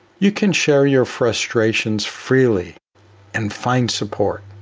you can share your frustrations freely and find support,